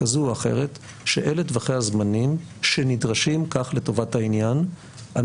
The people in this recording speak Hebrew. כזו או אחרת שאלה טווחי הזמנים שנדרשים כך לטובת העניין על